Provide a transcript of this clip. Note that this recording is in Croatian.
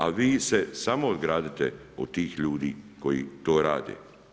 A vi se samo ogradite od tih ljudi koji to rade.